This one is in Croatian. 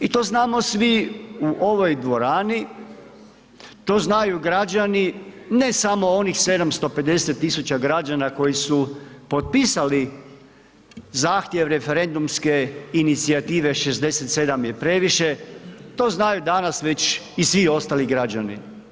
I to znamo svi u ovoj dvorani, ne samo građani, ne samo onih 750000 građana koji su potpisali zahtjev referendumske inicijative „67 je previše“, to znaju danas već i svi ostali građani.